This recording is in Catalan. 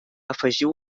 afegiu